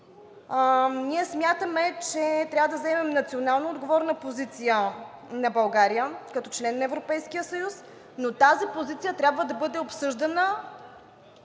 Ние смятаме, че трябва да заемем националноотговорна позиция на България като член на Европейския съюз, но тази позиция трябва да бъде обсъждана